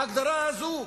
ההגדרה הזאת,